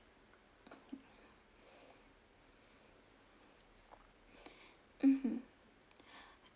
mmhmm